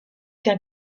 qu’un